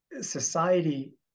Society